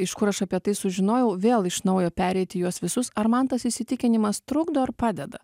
iš kur aš apie tai sužinojau vėl iš naujo pereiti juos visus ar man tas įsitikinimas trukdo ar padeda